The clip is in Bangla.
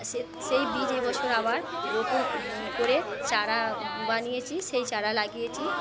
সে সেই বীজ এই বছর আবার নতুন করে চারা বানিয়েছি সেই চারা লাগিয়েছি